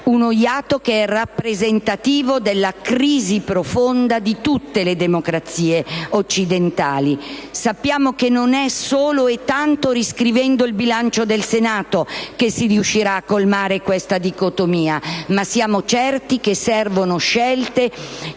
eletti, rappresentativo della crisi profonda di tutte le democrazie occidentali. Sappiamo che non è solo e non è tanto riscrivendo il bilancio del Senato che si riuscirà a colmare questa dicotomia: siamo certi che occorrano scelte